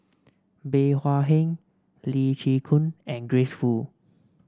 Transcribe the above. Bey Hua Heng Lee Chin Koon and Grace Fu